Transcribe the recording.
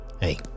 Hey